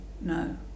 no